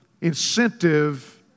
incentive